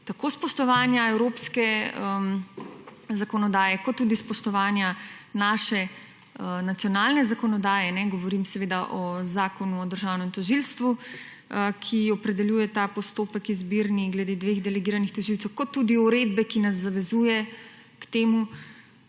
tako spoštovanja evropske zakonodaje kot tudi spoštovanja naše nacionalne zakonodaje govorim seveda o Zakonu o Državnem tožilstvu, ki opredeljuje ta postopek izbirni glede dveh delegiranih tožilcev kot tudi uredbe, ki nas zavezuje k temu